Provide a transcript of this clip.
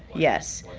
yes,